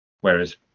Whereas